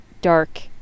dark